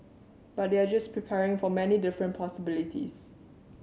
but they're just preparing for many different possibilities